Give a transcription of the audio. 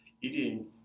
Eating